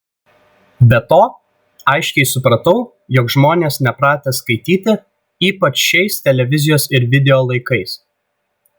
be to aiškiai supratau jog žmonės nepratę skaityti ypač šiais televizijos ir video laikais